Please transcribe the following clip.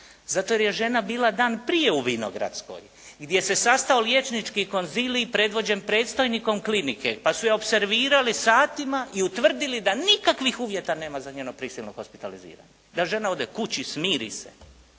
Zato jer je žena bila dan prije u Vinogradskoj gdje se sastao liječnički konzilij predvođen predstojnikom klinike pa su je opservirali satima i utvrdili da nikakvih uvjeta nema za njeno prisilno hospitaliziranje, da žena ode kući, smiri se